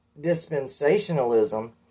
dispensationalism